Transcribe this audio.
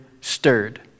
stirred